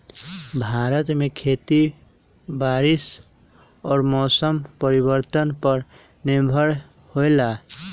भारत में खेती बारिश और मौसम परिवर्तन पर निर्भर होयला